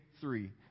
three